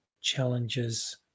challenges